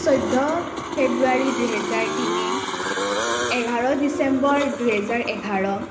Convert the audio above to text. চৈধ্য ফেব্ৰুৱাৰী দুহেজাৰ তিনি এঘাৰ ডিচেম্বৰ দুহেজাৰ এঘাৰ